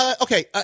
Okay